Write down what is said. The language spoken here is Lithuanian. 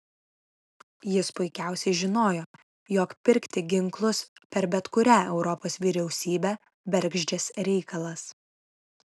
jis puikiausiai žinojo jog pirkti ginklus per bet kurią europos vyriausybę bergždžias reikalas